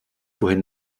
wohin